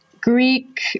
Greek